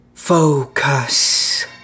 Focus